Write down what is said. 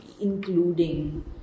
including